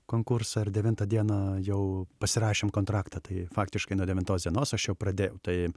konkursą ir devintą dieną jau pasirašėm kontraktą tai faktiškai nuo devintos dienos aš jau pradėjau tai